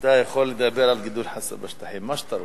אתה יכול לדבר על גידול חסה בשטחים, מה שאתה רוצה.